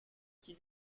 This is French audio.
qui